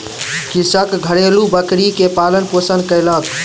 कृषक घरेलु बकरी के पालन पोषण कयलक